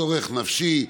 צורך נפשי,